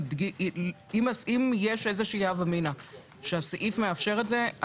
אם יש איזושהי הווה אמינא שהסעיף מאפשר את זה,